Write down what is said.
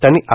त्यांनी आय